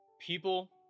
People